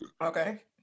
Okay